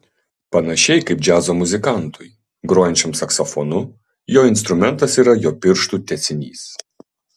panašiai kaip džiazo muzikantui grojančiam saksofonu jo instrumentas yra jo pirštų tęsinys